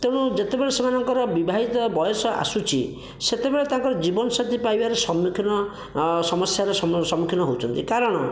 ତେଣୁ ଯେତେବେଳେ ସେମାନଙ୍କର ଵିଭାହିତ ବୟସ ଆସୁଛି ସେତେବେଳେ ତାଙ୍କର ଜୀବନସାଥି ପାଇବାରେ ସମ୍ମୁଖୀନ ସମସ୍ୟାର ସମ୍ମ ସମ୍ମୁଖୀନ ହେଉଛନ୍ତି କାରଣ